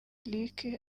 luc